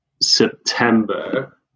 September